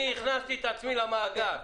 אני הכנסתי את עצמי למאגר.